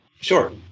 Sure